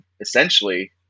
essentially